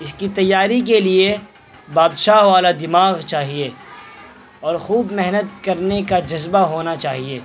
اس کی تیاری کے لیے بادشاہ والا دماغ چاہیے اور خوب محنت کرنے کا جذبہ ہونا چاہیے